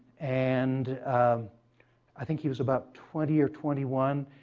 and i think he was about twenty or twenty one.